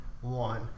one